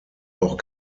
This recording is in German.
auch